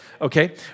Okay